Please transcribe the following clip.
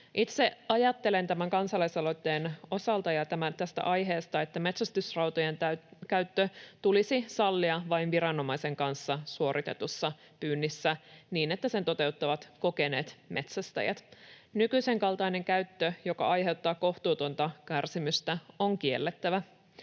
Itse ajattelen tämän kansalaisaloitteen osalta ja tästä aiheesta, että metsästysrautojen käyttö tulisi sallia vain viranomaisen kanssa suoritetussa pyynnissä, niin että sen toteuttavat kokeneet metsästäjät. Nykyisen kaltainen käyttö, joka aiheuttaa kohtuutonta kärsimystä, on kiellettävä.